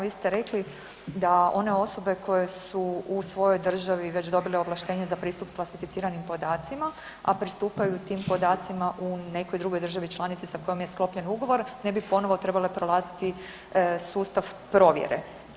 Vi ste rekli da one osobe koje su u svojoj državi već dobile ovlaštenje za pristup klasificiranim podacima, a pristupaju tim podacima u nekoj drugoj državi članici sa kojom je sklopljen ugovor ne bi ponovo trebale prolaziti sustav provjere.